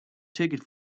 ticket